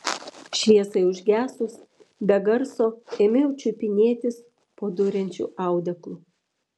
šviesai užgesus be garso ėmiau čiupinėtis po duriančiu audeklu